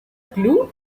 club